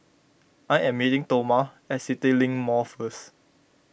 I am meeting Toma at CityLink Mall first